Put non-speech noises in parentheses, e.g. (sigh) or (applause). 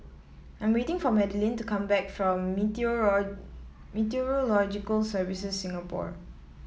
I'm waiting for Madelene to come back from (unintelligible) Meteorological Services Singapore